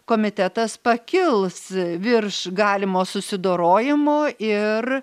komitetas pakils virš galimo susidorojimo ir